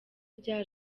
rya